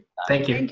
thank you.